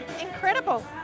Incredible